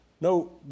no